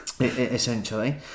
Essentially